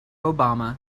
obama